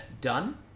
done